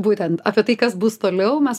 būtent apie tai kas bus toliau mes